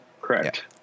correct